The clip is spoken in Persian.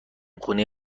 خونه